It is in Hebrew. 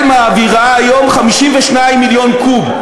ישראל מעבירה היום 52 מיליון קוב.